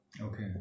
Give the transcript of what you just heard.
Okay